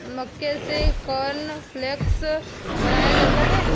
मक्के से कॉर्नफ़्लेक्स बनाया जाता है